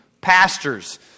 pastors